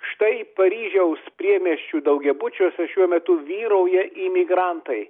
štai paryžiaus priemiesčių daugiabučiuose šiuo metu vyrauja imigrantai